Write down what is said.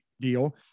deal